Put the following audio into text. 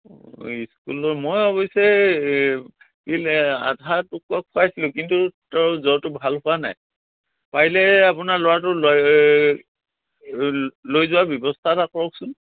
অঁ এই স্কুলৰ মই অৱশ্যে এই পাইছিলোঁ কিন্তু তেওঁৰ জ্বৰটো ভাল হোৱা নাই পাৰিলে আপোনাৰ ল'ৰাটো লৈ লৈ যোৱাৰ ব্যৱস্থা এটা কৰকচোন